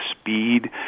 speed